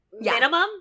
minimum